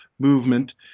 movement